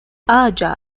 aĝa